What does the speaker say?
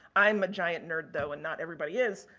i'm a giant nerd though and not everybody is.